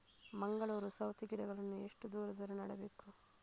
ಮಂಗಳೂರು ಸೌತೆ ಗಿಡಗಳನ್ನು ಎಷ್ಟು ದೂರ ದೂರ ನೆಡಬೇಕು?